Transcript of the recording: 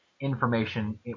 information